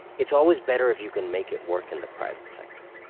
it's always better if you can make it work in the private sector.